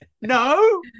No